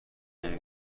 اون